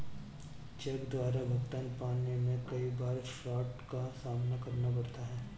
check द्वारा भुगतान पाने में कई बार फ्राड का सामना करना पड़ता है